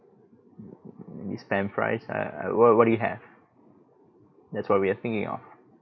mm spam fries err what what do you have that's what we are thinking of